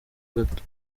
gato